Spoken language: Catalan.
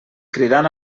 cridant